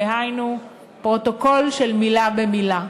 דהיינו פרוטוקול של מילה במילה.